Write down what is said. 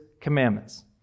commandments